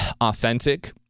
authentic